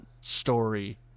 story